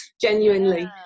genuinely